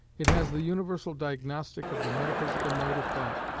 it has the universal diagnostic of the metaphysical mode of thought,